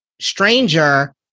stranger